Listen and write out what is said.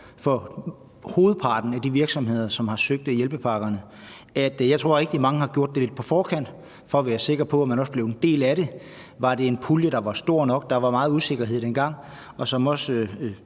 for hovedparten af de virksomheder, som har søgt hjælpepakkerne. Jeg tror, rigtig mange har gjort det lidt på forkant for at være sikker på, at man også blev en del af det. Var det en pulje, der var stor nok? Der var meget usikkerhed dengang. Som også